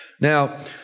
Now